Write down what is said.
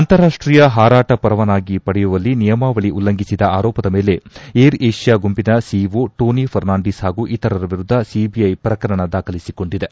ಅಂತಾರಾಷ್ಲೀಯ ಹಾರಾಟ ಪರವಾನಗಿ ಪಡೆಯುವಲ್ಲಿ ನಿಯಮಾವಳಿ ಉಲ್ಲಂಘಿಸಿದ ಆರೋಪದ ಮೇಲೆ ಏರ್ ಏಷ್ಯಾ ಗುಂಪಿನ ಸಿಇಓ ಟೋನಿ ಫರ್ನಾಂಡೀಸ್ ಹಾಗೂ ಇತರರ ವಿರುದ್ದ ಸಿಬಿಐ ಪ್ರಕರಣ ದಾಖಲಿಸಿಕೊಂಡಿದೆ